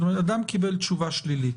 אדם קיבל תשובה שלילית.